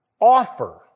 offer